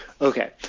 Okay